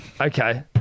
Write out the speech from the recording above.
Okay